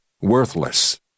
worthless